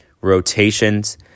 rotations